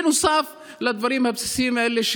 נוסף לדברים הבסיסיים האלה,